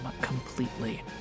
completely